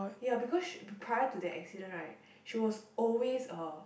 ya because prior to the accident right she was always a